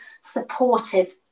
supportive